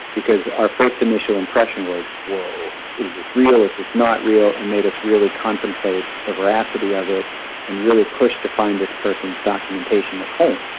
because our first initial impression was, whoa, is this real, is this not real, and made us really contemplate the veracity of it and really push to find this person's documentation at home.